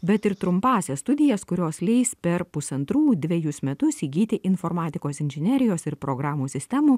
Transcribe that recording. bet ir trumpąsias studijas kurios leis per pusantrų dvejus metus įgyti informatikos inžinerijos ir programų sistemų